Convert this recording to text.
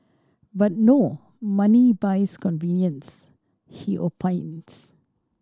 but no money buys convenience he opines